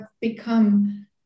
become